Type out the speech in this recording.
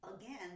again